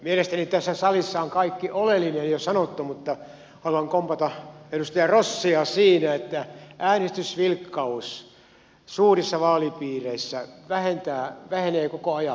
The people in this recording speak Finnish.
mielestäni tässä salissa on kaikki oleellinen jo sanottu mutta haluan kompata edustaja rossia siinä että äänestysvilkkaus suurissa vaalipiireissä vähenee koko ajan